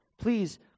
Please